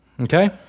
Okay